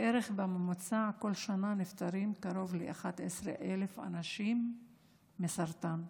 כל שנה נפטרים בממוצע קרוב ל-11,000 אנשים מסרטן.